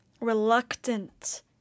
reluctant